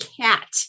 cat